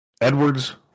Edwards